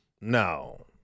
No